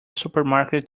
supermarket